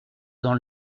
dans